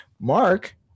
Mark